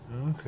Okay